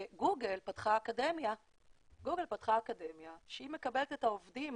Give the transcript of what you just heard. שגוגל פתחה אקדמיה שמקבלת את העובדים